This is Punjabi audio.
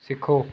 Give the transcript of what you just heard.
ਸਿੱਖੋ